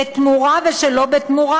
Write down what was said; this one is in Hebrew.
בתמורה ושלא בתמורה,